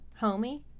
Homie